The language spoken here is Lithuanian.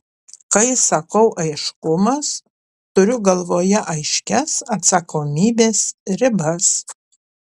kai sakau aiškumas turiu galvoje aiškias atsakomybės ribas